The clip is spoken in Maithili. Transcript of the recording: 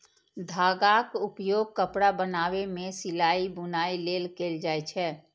धागाक उपयोग कपड़ा बनाबै मे सिलाइ, बुनाइ लेल कैल जाए छै